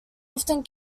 often